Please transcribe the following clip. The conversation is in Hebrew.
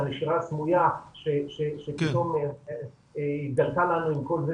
הנשירה הסמויה שפתאום --- עם כל זה